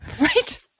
right